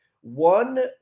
one